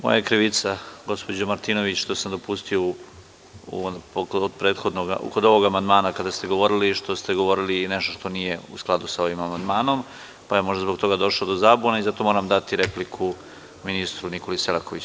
Moja je krivica, gospođo Martinović, što sam dopustio kod ovog amandmana kada ste govorili što ste govorili i nešto što nije u skladu sa ovim amandmanom, pa je možda zbog toga došlo do zabune i zato moram dati repliku ministru Nikoli Selakoviću.